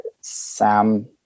Sam